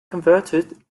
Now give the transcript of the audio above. converted